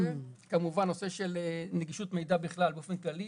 כמובן נושא של נגישות מידע בכלל באופן כללי,